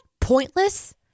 pointless